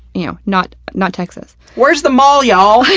you know, not not texas. where's the mall, y'all?